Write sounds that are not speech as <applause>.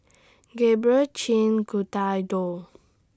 Gabrielle Chin <unintelligible>